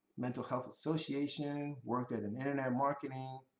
mental health association. worked at an internet marketing.